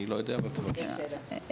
אני לא יודע, אבל תבקשי ממנה.